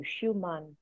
Schumann